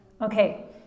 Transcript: Okay